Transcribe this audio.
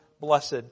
blessed